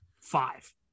five